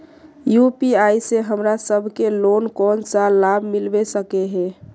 UPI से हमरा सब के कोन कोन सा लाभ मिलबे सके है?